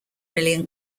million